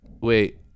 Wait